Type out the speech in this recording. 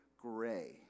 gray